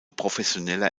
professioneller